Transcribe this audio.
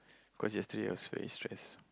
cause yesterday I was very stress